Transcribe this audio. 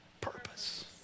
purpose